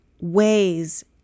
ways